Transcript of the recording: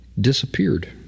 disappeared